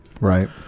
right